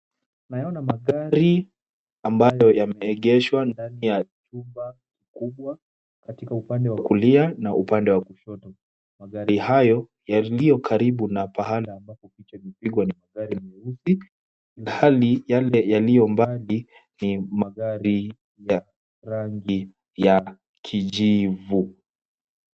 Nayaona magari ambayo yameegeshwa ndani ya chumba kubwa katika upande wa kulia na upande wa kushoto. Magari hayo yaliyo karibu na pahali ambapo picha limepigwa ni gari nyeusi, ilhali yaliyo mbali ni ya rangi ya kijivu.